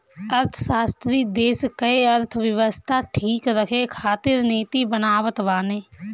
अर्थशास्त्री देस कअ अर्थव्यवस्था ठीक रखे खातिर नीति बनावत बाने